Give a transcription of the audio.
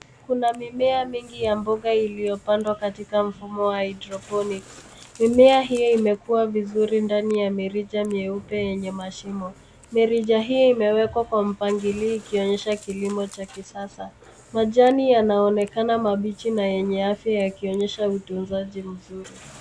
Kuna mimea mingi ya mboga iliyopoandwa katika mfumo wa hydroponics . Mimea hiyo imekuwa vizuri ndani ya mirija mieupe yenye mashimo. Mirija hiyo imewekwa kwa mpangilio ikionyesha kilimo cha kisasa. Majani yanaonekana mabichi na yenye afya yakionyesha utunzaji mzuri.